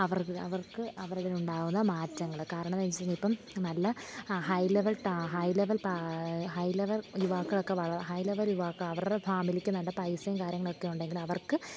അവർ അവർക്ക് അവരിലുണ്ടാകുന്ന മാറ്റങ്ങൾ കാരണം വെച്ചു കഴിഞ്ഞാൽ ഇപ്പം നല്ല ഹൈ ലെവൽ ഹൈ ലെവൽ പാ ഹൈ ലെവൽ യുവാക്കളൊക്കെ വള ഹൈ ലെവൽ യുവാക്കൾ അവരുടെ ഫാമിലിക്ക് നല്ല പൈസയും കാര്യങ്ങളൊക്കെ ഉണ്ടെങ്കിൽ അവർക്ക്